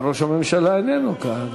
ראש הממשלה איננו כאן.